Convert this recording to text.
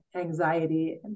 anxiety